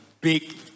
big